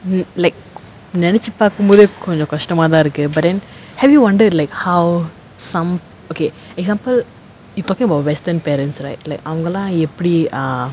mm like நினைச்சு பாக்கும் போதே கொஞ்சோ கஷ்டமாதா இருக்கு:ninaichu paakum pothae konjo kastamathaa irukku but then have you wondered like how some okay example you talking about western parents right like அவங்களா எப்டி:avangalaa epdi err